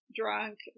drunk